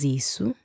isso